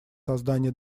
создание